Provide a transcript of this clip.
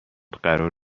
قرار